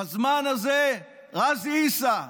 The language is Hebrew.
בזמן הזה ע'אזי עיסא,